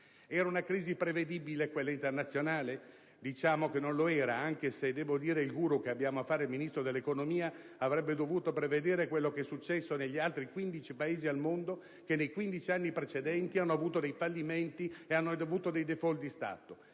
Era una crisi prevedibile quella internazionale? Diciamo che non lo era, anche se devo dire che il *guru* che abbiamo a fare il Ministro dell'economia avrebbe dovuto prevedere quello che è successo negli altri 15 Paesi al mondo, che nei 15 anni precedenti hanno avuto fallimenti e *default* di Stato.